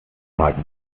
tag